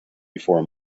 before